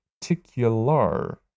particular